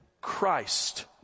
Christ